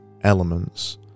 elements